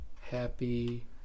happy